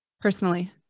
personally